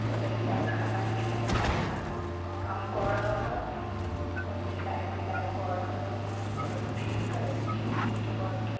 चलइए एखन आँखि ताँखि हमरा कामकऽ रहल हँ अपन सिलाइ तिलाइ कऽ रहलहुँ हन चल फिर करय छी तीर्थ वर्थ